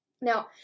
Now